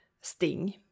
Sting